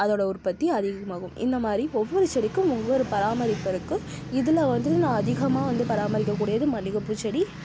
அதோடய உற்பத்தி அதிகமாகும் இந்தமாதிரி ஒவ்வொரு செடிக்கும் ஒவ்வொரு பராமரிப்பு இருக்குது இதில் வந்து நான் அதிகமாக வந்து பராமரிக்க கூடியது மல்லிகை பூ செடி